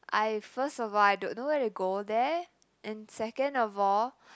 I first of all I don't know where to go there and second of all